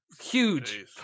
huge